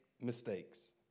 mistakes